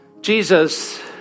Jesus